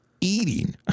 eating